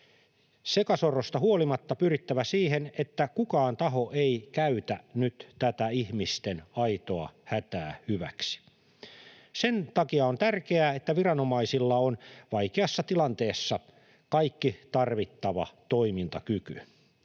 sekasorrosta huolimatta pyrittävä siihen, että kukaan taho ei käytä nyt tätä ihmisten aitoa hätää hyväkseen. Sen takia on tärkeää, että viranomaisilla on vaikeassa tilanteessa kaikki tarvittava toimintakyky.